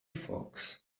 fox